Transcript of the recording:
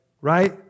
right